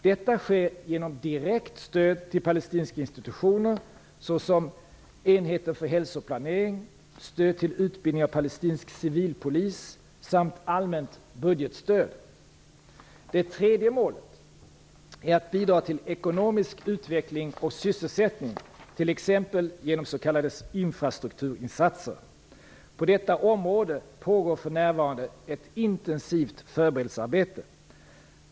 Detta sker genom direkt stöd till palestinska institutioner, såsom enheten för hälsoplanering, stöd till utbildning av palestinsk civilpolis sam allmänt budgetstöd. Det tredje målet är att bidra till ekonomisk utveckling och sysselsättning, t.ex. genom s.k. infrastrukturinsatser. På detta område pågår för närvarande ett intensivt förberedelsearbete.